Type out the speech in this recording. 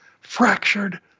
fractured